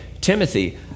Timothy